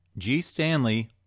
gstanley